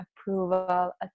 approval